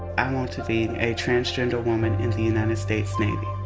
i want to be a transgender woman in the united states navy.